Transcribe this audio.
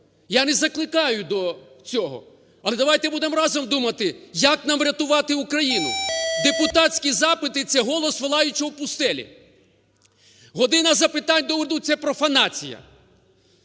Я не закликаю до цього. Але давайте будемо разом думати, як нам врятувати Україну? Депутатський запити – це голос волаючого у пустелі. "Година запитань до Уряду" – це профанація,